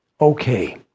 Okay